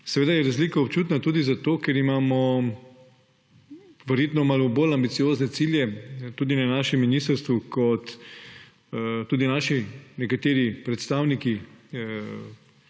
Seveda je razlika občutna tudi zato, ker imamo verjetno malo bolj ambiciozne cilje tudi na našem ministrstvu kot tudi naši nekateri predstavniki